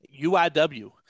UIW